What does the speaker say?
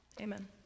Amen